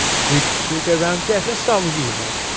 should we should we go around? geth, let's start with you, mate.